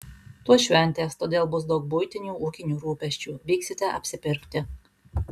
tuoj šventės todėl bus daug buitinių ūkinių rūpesčių vyksite apsipirkti